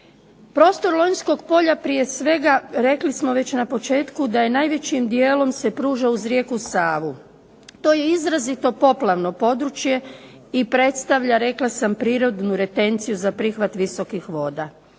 Prostor Lonjskog polja prije svega rekli smo već na početku da se najvećim djelom pruža uz rijeku Savu. To je izrazito poplavno područje i predstavlja rekla sam prirodnu retenciju za prihvat visokih voda.